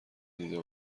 دیده